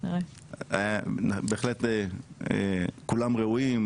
בהחלט כולם ראויים,